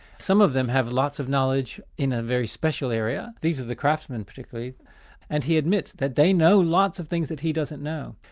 some of them have lots of knowledge in a very special area these are the craftsmen particularly and he admits that they know lots of things that he doesn't know.